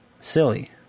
silly